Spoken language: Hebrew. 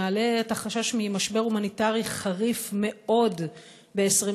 מעלה את החשש למשבר הומניטרי חריף מאוד ב-2020,